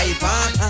Ivan